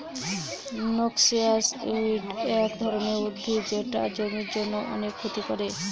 noxious weed এক ধরনের উদ্ভিদ যেটা জমির জন্য অনেক ক্ষতি করে